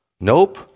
nope